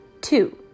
two